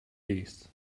beasts